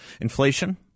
Inflation